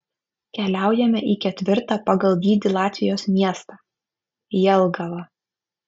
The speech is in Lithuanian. keliaujame į ketvirtą pagal dydį latvijos miestą jelgavą